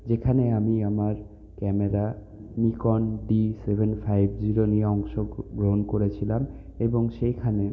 যেখানে আমি আমার camera Nikon D seven five zero নিয়ে অংশগ্রহণ করেছিলাম এবং সেইখানে